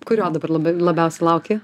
kurio dabar labai labiausiai lauki